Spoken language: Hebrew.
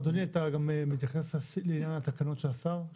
אדוני אתה מתייחס גם לעניין של התקנות של השרה?